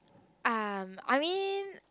um I mean